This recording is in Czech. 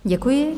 Děkuji.